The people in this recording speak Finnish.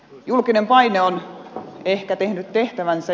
julkinen paine on ehkä tehnyt tehtävänsä